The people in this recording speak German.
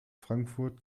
frankfurt